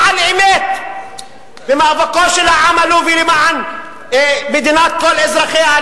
על-אמת במאבקו של העם הלובי למען מדינת כל אזרחיה,